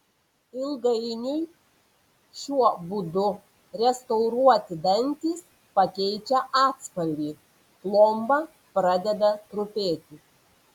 ilgainiui šiuo būdu restauruoti dantys pakeičia atspalvį plomba pradeda trupėti